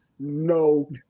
No